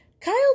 Kyle